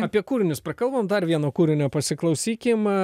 apie kūrinius prakalbom dar vieno kūrinio pasiklausykim